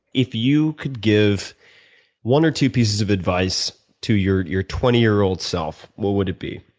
if you could give one or two pieces of advice to your your twenty year old self, what would it be?